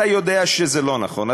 אתה יודע שזה לא נכון.